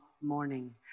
morning